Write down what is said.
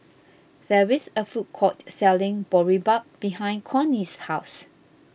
there is a food court selling Boribap behind Connie's house